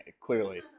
clearly